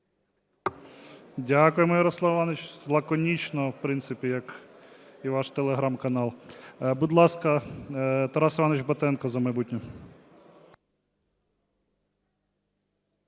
Дякуємо, Ярославе Івановичу. Лаконічно. В принципі, як і ваш телеграм-канал. Будь ласка, Тарас Іванович Батенко, "За майбутнє".